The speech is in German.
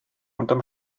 unterm